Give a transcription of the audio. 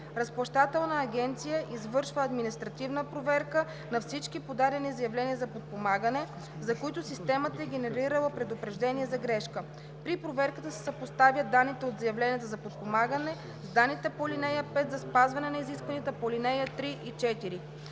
Разплащателната агенция извършва административна проверка на всички подадени заявления за подпомагане, за които системата е генерирала предупреждение за грешка. При проверката се съпоставят данните от заявленията за подпомагане с данните по ал. 5 за спазване на изискванията по ал. 3 и 4.